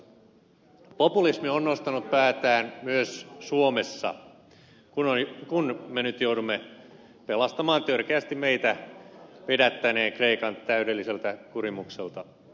populismi on nostanut päätään myös suomessa kun me nyt joudumme pelastamaan törkeästi meitä vedättäneen kreikan täydelliseltä kurimukselta